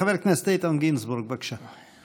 חבר הכנסת איתן גינזבורג, בבקשה.